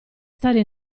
stare